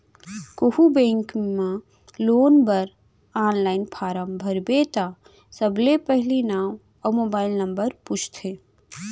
कोहूँ बेंक म लोन बर आनलाइन फारम भरबे त सबले पहिली नांव अउ मोबाइल नंबर पूछथे